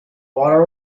water